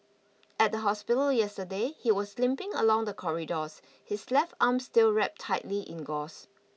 at the hospital yesterday he was limping along the corridors his left arm still wrapped tightly in gauze